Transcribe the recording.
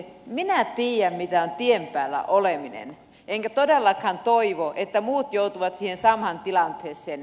minä tiedän mitä on tien päällä oleminen enkä todellakaan toivo että muut joutuvat siihen samaan tilanteeseen